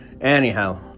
Anyhow